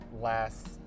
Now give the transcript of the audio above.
last